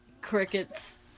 crickets